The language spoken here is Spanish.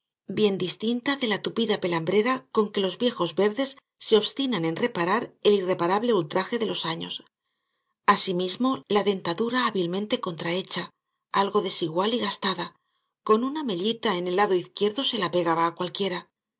bien distinta de la tupida pelambrera con que los viejos verdes se obstinan en reparar el irreparable ultraje de los años asimismo la dentadura hábilmente contrahecha algo desigual y gastada con una mellita en el lado izquierdo se la pegaba á cualquiera con